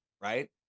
right